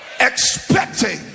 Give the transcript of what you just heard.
expecting